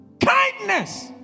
Kindness